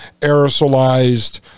aerosolized